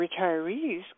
retirees